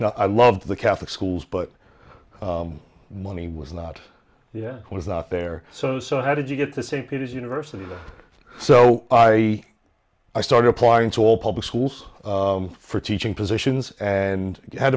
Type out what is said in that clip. now i love the catholic schools but money was not the was out there so so how did you get the st peters university so i started applying to all public schools for teaching positions and had